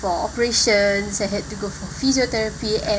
for operations and then had to go for physiotherapy and